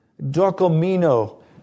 Dokomino